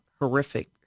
horrific